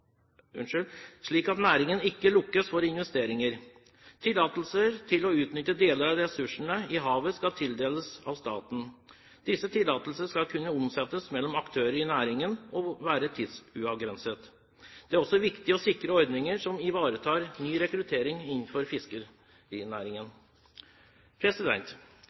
ikke lukkes for investeringer. Tillatelser til å utnytte deler av ressursene i havet skal tildeles av staten. Disse tillatelsene skal kunne omsettes mellom aktører i næringen og være tidsuavgrenset. Det er også viktig å sikre ordninger som ivaretar ny rekruttering innenfor fiskerinæringen.